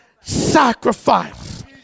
sacrifice